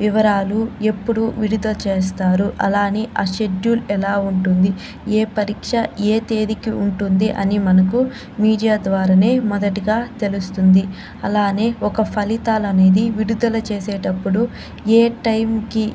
వివరాలు ఎప్పుడు విడుదల చేస్తారు అలానే ఆ షెడ్యూల్ ఎలా ఉంటుంది ఏ పరీక్ష ఏ తేదీకి ఉంటుంది అని మనకు మీడియా ద్వారానే మొదటిగా తెలుస్తుంది అలానే ఒక ఫలితాలను విడుదల చేసేటప్పుడు ఏ టైం కి